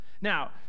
Now